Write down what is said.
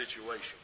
situation